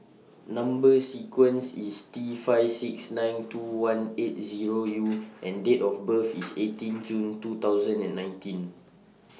Number sequence IS T five six nine two one eight Zero U and Date of birth IS eighteen June two thousand and nineteen